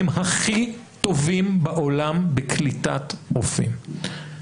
הם הכי טובים בעולם בקליטת רופאים.